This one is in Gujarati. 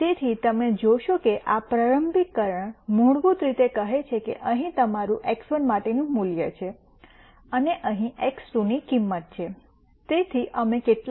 તેથી તમે જોશો કે આ પ્રારંભિકરણ મૂળભૂત રીતે કહે છે કે અહીં તમારું x1 માટેનું મૂલ્ય છે અને અહીં x2 ની કિંમત છે